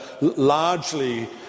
largely